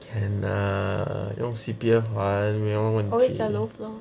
can lah 用 C_P_F 还没有问题